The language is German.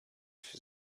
für